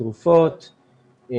תרופות,